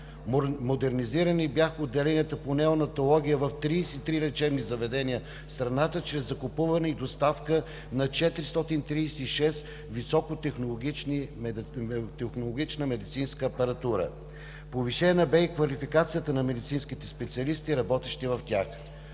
Модернизирани бяха отделенията по неонатология в 33 лечебни заведения в страната чрез закупуване и доставка на 436 високотехнологични медицински апаратури. Повишена бе и квалификацията на медицинските специалисти, работещи в тях.